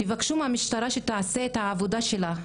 תבקשו מהמשטרה שתעשה את העבודה שלה,